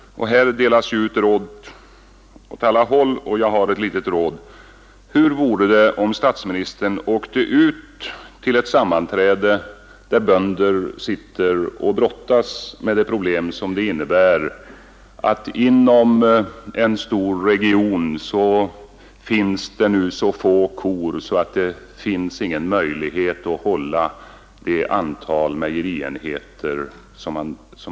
Här delas ju ut råd åt alla håll, och även jag har ett litet råd. Hur vore det om statsministern åkte ut till ett sammanträde där bönder sitter och brottas med de problem som uppkommer genom att det inom en stor region numera finns så få kor att det inte är möjligt att hålla det antal mejerienheter man hittills har haft?